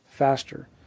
Faster